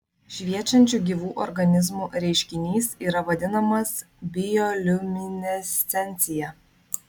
šviečiančių gyvų organizmų reiškinys yra vadinamas bioliuminescencija